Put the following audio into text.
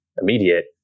immediate